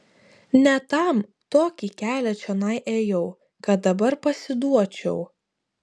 ne tam tokį kelią čionai ėjau kad dabar pasiduočiau